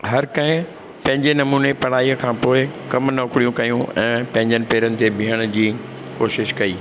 हर कंहिं पंहिंजे नमूने पढ़ाईअ खां पोइ कमु नौकरियूं कयूं ऐं पंहिंजनि पेरनि ते बीहण जी कोशिशि कई